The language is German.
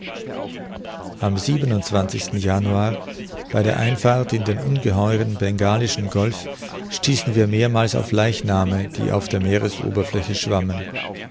am januar bei der einfahrt in den ungeheuren bengalischen golf stießen wir mehrmals auf leichname die auf der meeresoberfläche schwammen